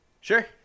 Sure